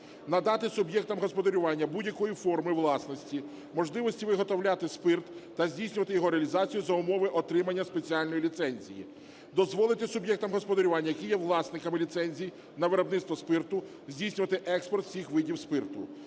надати суб'єктам господарювання будь-якої форми власності можливість виготовляти спирт та здійснювати його реалізацію за умови отримання спеціальної ліцензії; дозволити суб'єктам господарювання, які є власниками ліцензій на виробництво спирту, здійснювати експорт всіх видів спирту